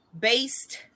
based